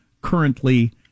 currently